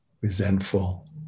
resentful